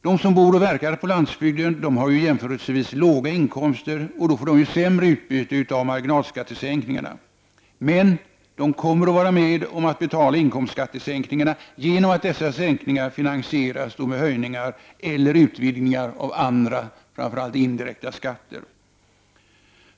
De som bor och verkar på landsbygden har jämförelsevis låga inkomster och får sämre utbyte av marginalskattesänkningarna, men de kommer att vara med om att betala inkomstskattesänkningarna genom att dessa förenas med höjningar eller utvidgningar av andra, framför allt indirekta, skatter.